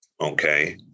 Okay